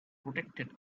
protected